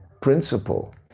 principle